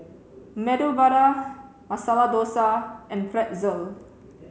Medu Vada Masala Dosa and Pretzel